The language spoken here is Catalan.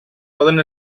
poden